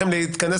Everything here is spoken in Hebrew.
לתת סעד